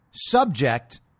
subject